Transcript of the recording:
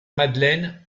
madeleine